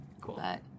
cool